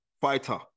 fighter